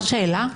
אפשר שאלה?